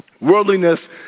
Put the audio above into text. Worldliness